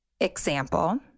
example